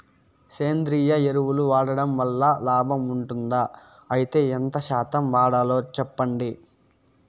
సేంద్రియ ఎరువులు వాడడం వల్ల లాభం ఉంటుందా? అయితే ఎంత శాతం వాడాలో చెప్పండి?